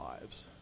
lives